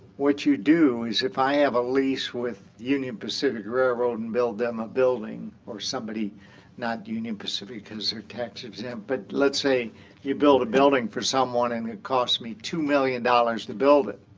what you do is if i have a lease with union pacific railroad and build them a building, or somebody not union pacific, because they're tax exempt but let's say you build a building for someone and it costs me two million dollars to build it,